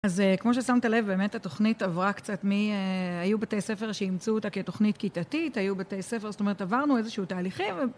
אז כמו ששמת לב, באמת, התוכנית עברה קצת מ... היו בתי ספר שאימצו אותה כתוכנית כיתתית, היו בתי ספר, זאת אומרת, עברנו איזשהו תהליכים ו...